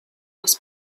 was